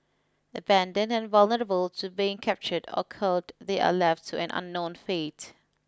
abandoned and vulnerable to being captured or culled they are left to an unknown fate